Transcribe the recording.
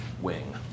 wing